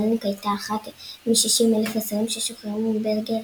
מלניק הייתה אחת מ-60,000 אסירים ששוחררו מברגן